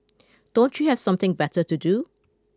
don't you have something better to do